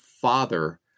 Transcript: father